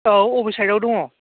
औ बबे साइडआव दङ